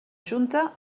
junta